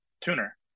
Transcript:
tuner